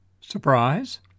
Surprise